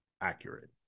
accurate